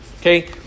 Okay